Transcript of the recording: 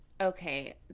okay